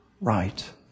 right